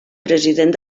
president